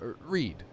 read